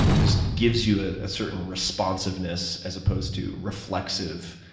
just gives you a ah certain responsiveness, as opposed to reflexive